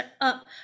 up